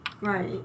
Right